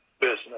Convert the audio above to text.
business